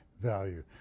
value